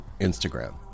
Instagram